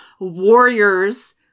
warriors